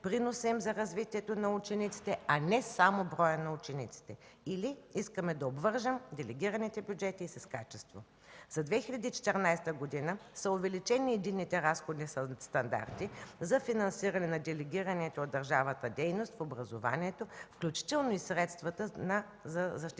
за развитието на учениците, а не само техният брой, или искаме да обвържем делегираните бюджети с качеството. За 2014 г. са увеличени единните разходни стандарти за финансиране на делегираните от държавата дейности в образованието, включително и средствата на защитените